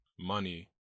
money